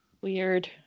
Weird